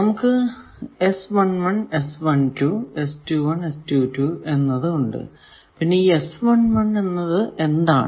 നമുക്ക് എന്നത് ഉണ്ട് പിന്നെ എന്നത് എന്താണ്